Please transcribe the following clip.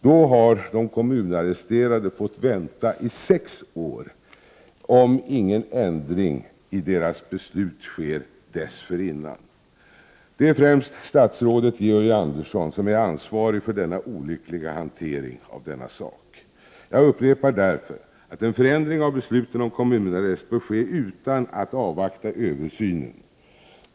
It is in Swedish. Då har de kommunarresterade fått vänta i sex år, om ingen ändring sker innan dess av det beslut som berör dem. Det är främst statsrådet Georg Andersson som är ansvarig för den olyckliga hanteringen av denna fråga. Jag upprepar därför att en förändring av besluten om kommunarrest bör ske utan att man avvaktar översynen.